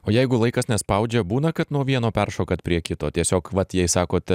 o jeigu laikas nespaudžia būna kad nuo vieno peršokat prie kito tiesiog vat jei sakot